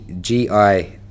G-I